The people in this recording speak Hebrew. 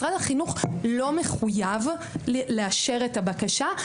לא מחויב לאשר את הבקשה.